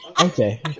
Okay